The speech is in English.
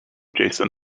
jason